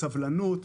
סבלנות,